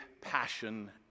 passion